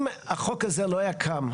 אם החוק הזה לא היה קם,